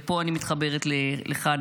ופה אני מתחברת אליך,